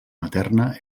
materna